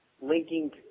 linking